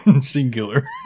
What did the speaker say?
Singular